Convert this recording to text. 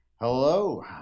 Hello